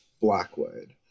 Blackwood